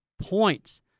points